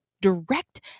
direct